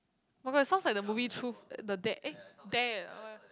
[oh]-my-god it sounds like the movie Truth the Dare eh Dare ah what